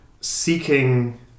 seeking